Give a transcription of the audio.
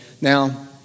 now